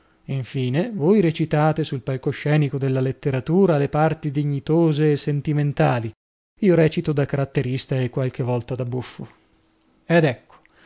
infine voi recitate sul palcoscenico della letteratura le parti dignitose e sentimentali io recito da caratterista e qualche volta da buffo ed ecco